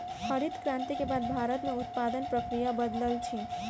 हरित क्रांति के बाद भारत में उत्पादन प्रक्रिया बदलल अछि